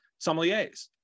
sommeliers